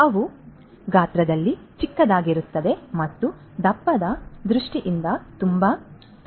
ಆದ್ದರಿಂದ ಅವು ಗಾತ್ರದಲ್ಲಿ ಚಿಕ್ಕದಾಗಿರುತ್ತವೆ ಮತ್ತು ದಪ್ಪದ ದೃಷ್ಟಿಯಿಂದ ತುಂಬಾ ತೆಳ್ಳಗಿರುತ್ತವೆ